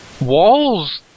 Walls